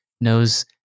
knows